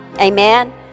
Amen